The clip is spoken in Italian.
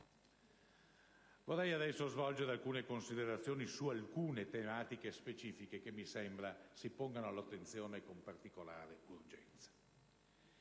Vorrei adesso svolgere delle considerazioni su alcune tematiche specifiche che mi sembra si pongano all'attenzione con particolare urgenza.